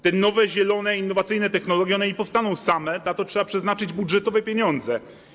Te nowe, zielone innowacyjne technologie nie powstaną same, na to trzeba przeznaczyć budżetowe pieniądze.